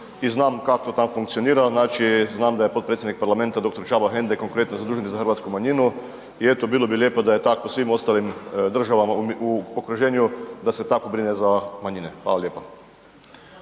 i znam kak to tam funkcionira. Znači znam da je potpredsjednik parlamenta dr. Csaba Hende konkretno zadužen za hrvatsku manjinu i eto bilo li lijepo da je u svim ostalim državama u okruženju da se tako brine za manjine. Hvala lijepa.